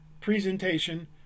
presentation